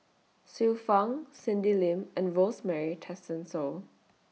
Xiu Fang Cindy Lim and Rosemary Tessensohn